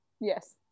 Yes